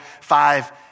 five